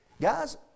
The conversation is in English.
Guys